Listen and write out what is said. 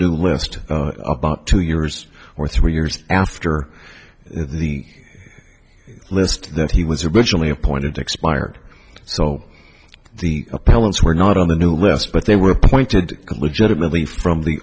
new list about two years or three years after the list that he was originally appointed expired so the appellant's were not on the new less but they were appointed legitimately from the